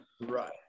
Right